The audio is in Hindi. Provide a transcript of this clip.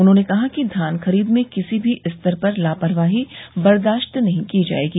उन्होंने कहा कि धान खरीद में किसी भी स्तर पर लापरवाही बर्दाश्त नहीं की जायेगी